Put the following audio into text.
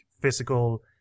physical